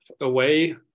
away